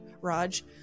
Raj